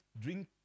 drink